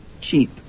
cheap